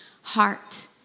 heart